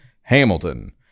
Hamilton